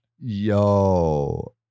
Yo